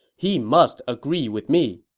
he must agree with me.